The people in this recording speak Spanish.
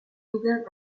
eugen